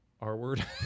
R-word